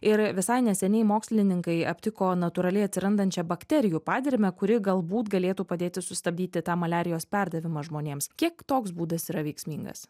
ir visai neseniai mokslininkai aptiko natūraliai atsirandančią bakterijų padermę kuri galbūt galėtų padėti sustabdyti tą maliarijos perdavimą žmonėms kiek toks būdas yra veiksmingas